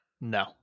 No